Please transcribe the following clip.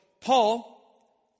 Paul